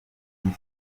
iyi